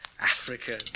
Africa